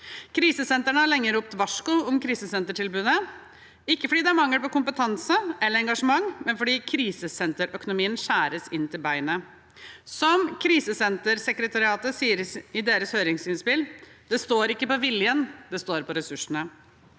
Krisesentrene har lenge ropt varsko om krisesentertilbudet, ikke fordi det er mangel på kompetanse eller engasjement, men fordi krisesenterøkonomien skjæres inn til beinet. Som Krisesentersekretariatet sier i sitt høringsinnspill: Det står ikke på viljen. Det står på ressursene.